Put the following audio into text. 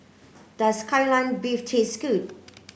does Kai Lan beef taste good